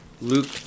Luke